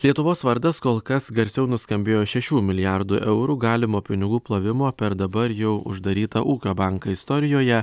lietuvos vardas kol kas garsiau nuskambėjo šešių milijardų eurų galimo pinigų plovimo per dabar jau uždarytą ūkio banką istorijoje